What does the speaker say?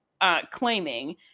claiming